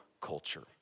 culture